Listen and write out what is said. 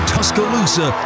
Tuscaloosa